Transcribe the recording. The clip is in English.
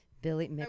Billy